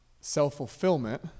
self-fulfillment